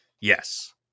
Yes